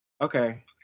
Okay